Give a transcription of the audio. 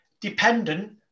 dependent